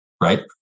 right